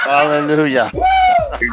Hallelujah